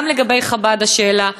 גם לגבי חב"ד השאלה: